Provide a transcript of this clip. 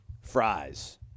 Fries